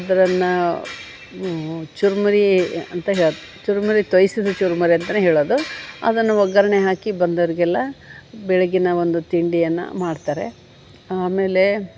ಅದನ್ನ ಚುರುಮುರಿ ಅಂತ ಹೇಳಿ ಚುರುಮುರಿ ತೋಯ್ಸಿದ ಚುರುಮುರಿ ಅಂತಲೇ ಹೇಳೋದು ಅದನ್ನು ಒಗ್ಗರಣೆ ಹಾಕಿ ಬಂದೋರಿಗೆಲ್ಲ ಬೆಳಗಿನ ಒಂದು ತಿಂಡಿಯನ್ನು ಮಾಡ್ತಾರೆ ಆಮೇಲೆ